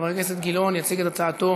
חבר הכנסת גילאון יציג את הצעתו